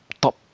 top